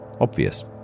obvious